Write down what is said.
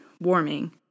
warming